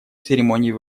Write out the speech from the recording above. церемонии